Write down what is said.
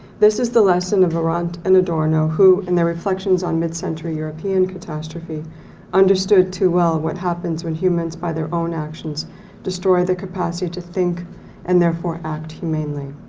this is the lesson of arendt and adorno who in their reflections on mid century european catastrophe understood too well what happens when humans by their own actions destroy the capacity to think and therefore act humanely.